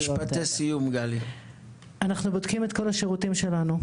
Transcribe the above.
אנחנו בודקים את כל השירותים שלנו.